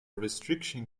restriction